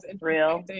real